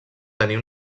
tenir